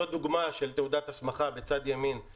בצד ימין זו דוגמה של תעודת הסמכה להדרכה.